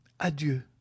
adieu